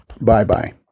Bye-bye